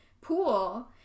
pool